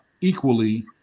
equally